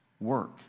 Work